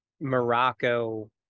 Morocco